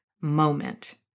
moment